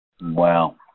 Wow